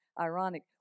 ironic